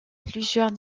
plusieurs